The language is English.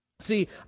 See